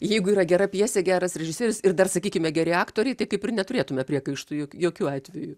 jeigu yra gera pjesė geras režisierius ir dar sakykime geri aktoriai tai kaip ir neturėtume priekaištų jokiu atveju